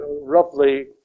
roughly